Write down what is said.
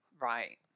right